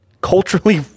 culturally